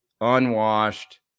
unwashed